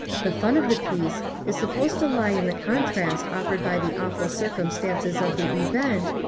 the fun of the piece is supposed to lie in the contrast offered by the awful circumstances of the event,